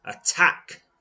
Attack